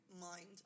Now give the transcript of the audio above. mind